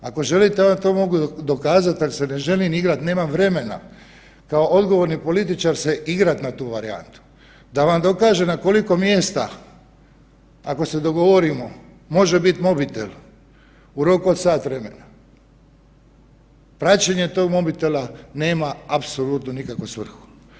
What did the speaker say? Ako želite ja vam to mogu dokazat, ak se ne želim igrat, nemam vremena, kao odgovorni političar se igrat na tu varijantu, da vam dokažem na koliko mjesta ako se dogovorimo može bit mobitel u roku od sat vremena, praćenje tog mobitela nema apsolutno nikakvu svrhu.